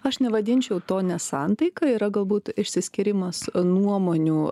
aš nevadinčiau to nesantaika yra galbūt išsiskyrimas nuomonių